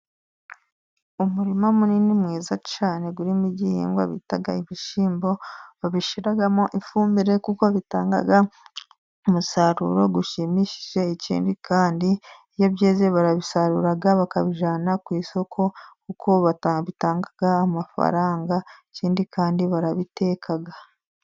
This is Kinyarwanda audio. Umurima munini mwiza cyane urimo igihingwa bita ibishyimbo, babishyiramo ifumbire kuko bitanga umusaruro ushimishije, ikindi kandi iyo byeze barabisarura bakabijyana ku isoko, kuko bitanga amafaranga ikindi kandi barabiteka.